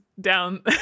down